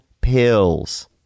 pills